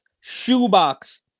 shoebox